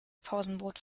pausenbrot